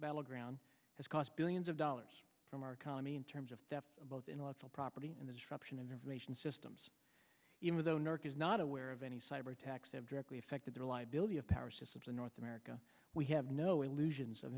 battle ground has cost billions of dollars from our economy in terms of both intellectual property and the option of information systems even though nerk is not aware of any cyber attacks have directly affected their liability of power systems in north america we have no illusions of